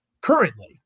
Currently